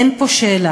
אין פה שאלה,